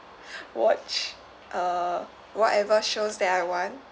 watch uh whatever shows that I want